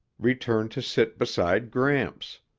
returned to sit beside gramps.